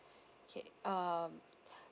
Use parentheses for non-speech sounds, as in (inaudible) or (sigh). okay um (breath)